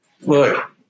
Look